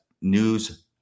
news